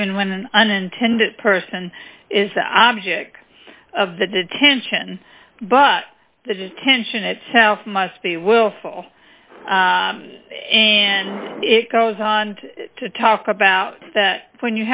even when an intended person is the object of the detention but the detention itself must be willful and it goes on to talk about that when